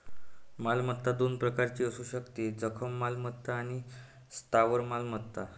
मालमत्ता दोन प्रकारची असू शकते, जंगम मालमत्ता आणि स्थावर मालमत्ता